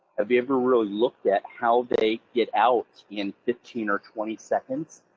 have you ever really looked at how they get out in fifteen or twenty seconds?